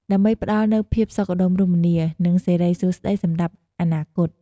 ដើម្បីផ្តល់នូវភាពសុខដុមរមនា និងសិរីសួស្តីសម្រាប់អនាគត។